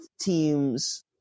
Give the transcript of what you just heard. teams